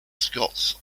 scots